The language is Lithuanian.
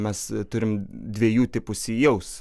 mes turim dviejų tipų sijaus